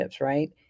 right